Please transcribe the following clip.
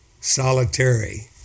solitary